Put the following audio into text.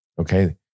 okay